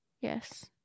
Yes